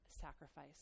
sacrifice